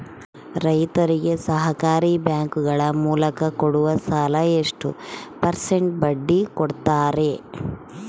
ರೈತರಿಗೆ ಸಹಕಾರಿ ಬ್ಯಾಂಕುಗಳ ಮೂಲಕ ಕೊಡುವ ಸಾಲ ಎಷ್ಟು ಪರ್ಸೆಂಟ್ ಬಡ್ಡಿ ಕೊಡುತ್ತಾರೆ?